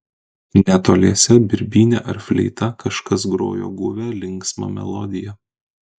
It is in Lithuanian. netoliese birbyne ar fleita kažkas grojo guvią linksmą melodiją